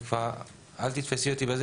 אל תתפסי אותי בזה.